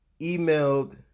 emailed